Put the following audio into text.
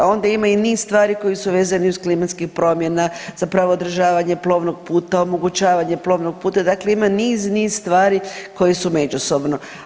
Onda ima i niz stvari koje su vezani uz klimatskih promjena, za pravo održavanje plovnog puta, omogućavanje plovnog puta, dakle ima niz, niz stvari koje su međusobno.